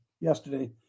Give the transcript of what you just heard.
yesterday